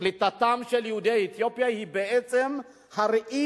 קליטתם של יהודי אתיופיה היא בעצם הראי